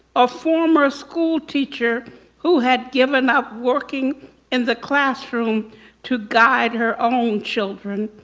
a former school teacher who had given up working in the classroom to guide her own children.